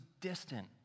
distant